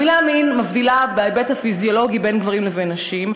המילה מין מבדילה בהיבט הפיזיולוגי בין גברים לבין נשים,